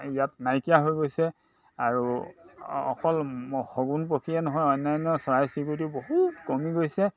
ইয়াত নাইকিয়া হৈ গৈছে আৰু অকল শগুন পখিয়ে নহয় অন্যান্য চৰাই চিৰিকটি বহুত কমি গৈছে